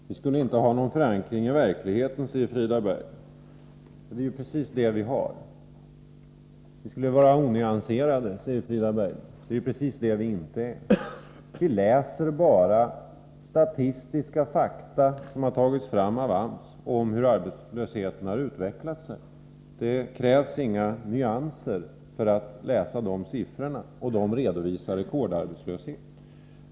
Herr talman! Vi skulle inte ha någon förankring i verkligheten, säger Frida Berglund. Det är ju precis det vi har. Vi skulle vara onyanserade, säger Frida Berglund. Det är ju precis det vi inte är. Vi läser bara statistiska fakta som har tagits fram av AMS om hur arbetslösheten har utvecklat sig. Det krävs inga nyanser för att läsa dessa siffror, och dessa siffror visar en rekordarbetslöshet.